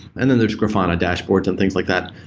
and then there's grafana dashboards and things like that.